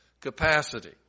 capacity